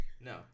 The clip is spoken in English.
No